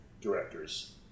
directors